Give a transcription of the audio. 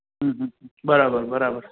હં હં બરાબર બરાબર